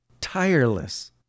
tireless